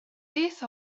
beth